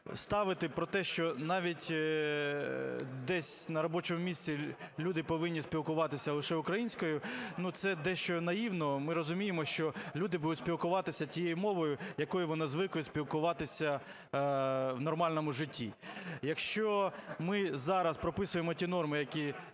ставити про те, що навіть десь на робочому місці люди повинні спілкуватися лише українською, це дещо наївно. Ми розуміємо, що люди будуть спілкуватися тією мовою, якою вони звикли спілкуватися у нормальному житті. Якщо ми зараз прописуємо ті норми, які